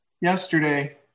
yesterday